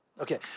Okay